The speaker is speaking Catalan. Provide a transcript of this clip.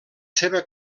seva